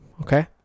okay